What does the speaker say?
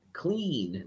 clean